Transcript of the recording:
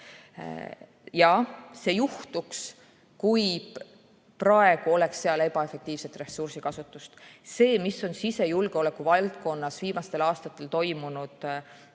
Jaa, see juhtuks, kui seal oleks praegu ebaefektiivset ressursikasutust. See, mis on sisejulgeoleku valdkonnas viimastel aastatel toimunud,